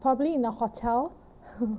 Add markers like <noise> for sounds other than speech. probably in a hotel <laughs>